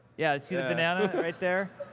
yeah, see the banana right there?